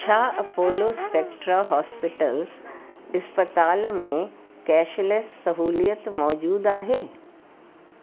छा Apollo Spectra hospitals इस्पताल में कैशलेस सहूलियत मौज़ूदु आहे